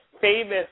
famous